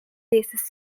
racist